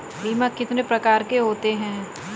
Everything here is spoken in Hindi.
बीमा कितने प्रकार के होते हैं?